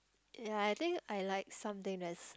ya I think I like something that's